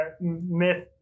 myth